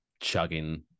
chugging